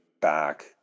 back